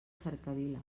cercavila